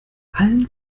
allen